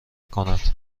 کند